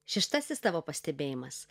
šeštasis tavo pastebėjimas